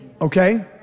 Okay